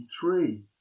three